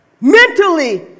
Mentally